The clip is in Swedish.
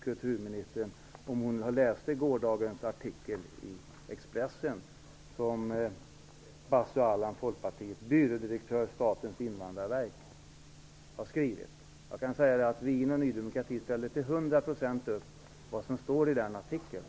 Expressen som Basu Alam, representant för Folkpartiet och byrådirektör på Statens invandrarverk, har skrivit? Vi i Ny demokrati ställer till hundra procent upp bakom den artikeln.